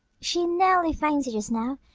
she nearly fainted just now.